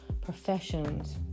professions